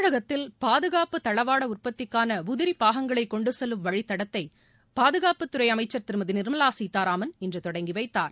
தமிழகத்தில் பாதுகாப்பு தளவாட உற்பத்திக்கான உதிரி பாகங்களை கொண்டு செல்லும் வழிதடத்தை பாதுகாப்புத் துறை அமைச்சர் திருமதி நிர்மலா சீதாராமன் இன்று தொடங்கி வைத்தார்